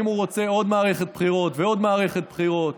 אם הוא רוצה עוד מערכת בחירות ועוד מערכת בחירות